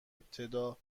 ابتدا